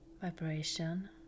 vibration